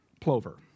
plover